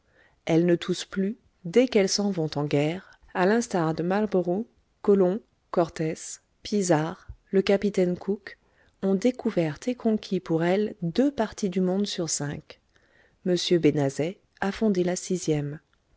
elles ne toussent plus dès qu'elles s'en vont en guerre à l'instar de marlboroug colomb cortès pizarre le capitaine cook ont découvert et conquis pour elles deux parties du monde sur cinq m benazet a fondé la sixième